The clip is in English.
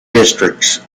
districts